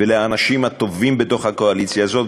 ולאנשים הטובים בקואליציה הזאת,